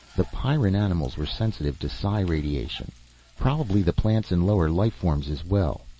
the pyrran animals were sensitive to psi radiation probably the plants and lower life forms as well.